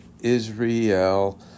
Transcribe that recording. Israel